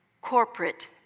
corporate